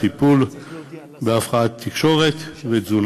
טיפול בהפרעת תקשורת ותזונה.